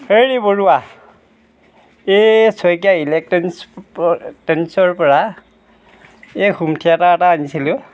হেৰি বৰুৱা এই শইকীয়া এলেক্টনছ টনছৰ পৰা এই হোম থিয়েটাৰ এটা আনিছিলোঁ